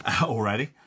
already